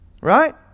right